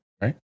right